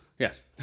Yes